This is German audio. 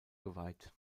geweiht